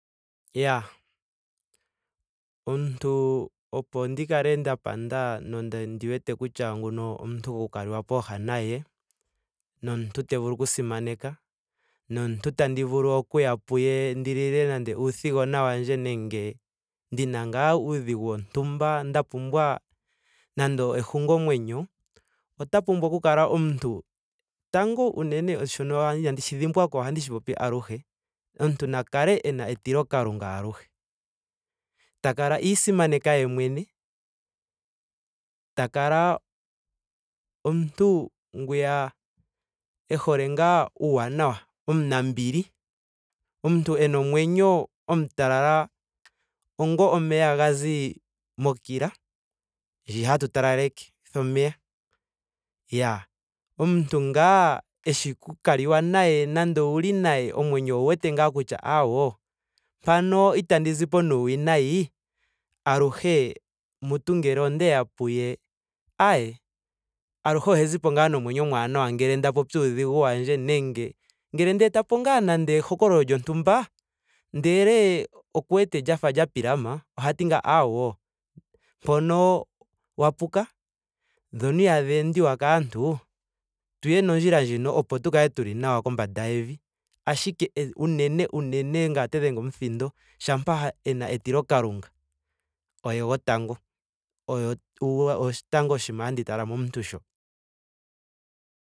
Iyaa omuntu opo ndi kale nda panda nondi wete kutya nguno omuntu goku kaliwa pooha naye. nomuntu te vulu oku simaneka. nomuntu tandi vulu okuya puye. ndi lile nando uuthigona wandje nenge ndina ngaa uudhigu wontumba nda pumbwa nando ehungomwenyo. ota pumbwa oku kala omuntu. tango unene shono ihandi shi dhimbwako ohandi popi aluhe. omuntu na na kale ena etilo kalunga aluhe. Ta kala iisimaneka ye mwene. ta kala omuntu ngwiya e hole ngaa uuwanawa. omunambili. Omuntu ena omwenyo omutalala onga omeya ga zi mokila. ndji hatu talelekitha omeya. Iyaa omuntu ngaa eshi oku kaliwa naye nande owuli naye omwenyo owu wete kutya awoo mpano itandi zipo nuuwinayi aluhe mutu ngele onde ya puye. ayee aluhe ohandi zipo ngaa nomwenyo omwaanawwa ngele nda popi uudhigu wandje nenge ngele ndeetapo ngaa nando ehokololo lyontumba. ndele oku wete lya fa lya pilama. ohati ngaa awoo. mpono wa puka. dhono ihadhi endiwa kaantu. tuye nondjila ndjino opo tu ka kale tuli nawa kombanda yevi. Ashike e- unene unene ngame ote dhenge omuthindo shampa ena etilo kalunga oye gotango. oye tango osho tango oshinima handi tala momuntu sho